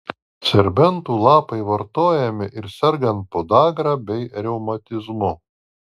serbentų lapai vartojami ir sergant podagra bei reumatizmu